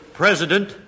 president